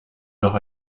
noch